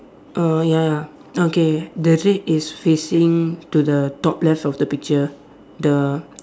err ya ya okay the red is facing to the top left of the picture the